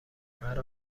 مرا